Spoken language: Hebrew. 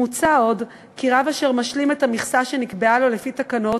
מוצע עוד כי רב אשר משלים את המכסה שנקבעה לו לפי התקנות,